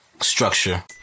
structure